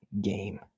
game